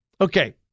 Okay